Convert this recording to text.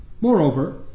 Moreover